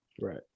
Right